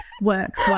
Work